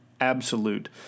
absolute